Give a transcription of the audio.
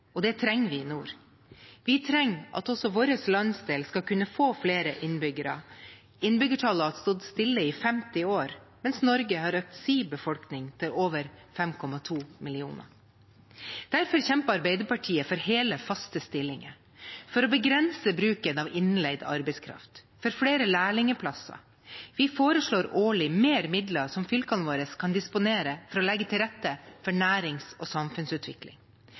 og det trenger vi i nord. Vi trenger at også vår landsdel skal kunne få flere innbyggere. Innbyggertallet har stått stille i 50 år, mens Norge har økt sin befolkning til over 5,2 millioner. Derfor kjemper Arbeiderpartiet for hele, faste stillinger for å begrense bruken av innleid arbeidskraft og for flere lærlingplasser. Vi foreslår årlig mer midler som fylkene våre kan disponere for å legge til rette for nærings- og samfunnsutvikling.